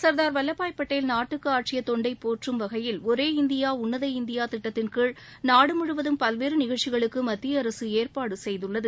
சர்தார் வல்லபாய் பட்டேல் நாட்டுக்கு ஆற்றிய தொண்டை போற்றும் வகையில் ஒரே இந்தியா உள்ளத இந்தியா திட்டத்தின் கீழ் நாடு முழுவதும் பல்வேறு நிகழ்ச்சிகளுக்கு மத்திய அரசு ஏற்பாடு செய்துள்ளது